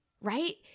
right